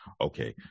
okay